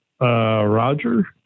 Roger